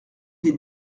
des